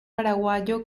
paraguayo